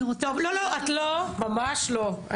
אני רוצה --- לא, את לא, ממש לא.